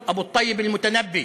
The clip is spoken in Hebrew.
מזכיר לי את דברי אבו טייב אל-מותנבי,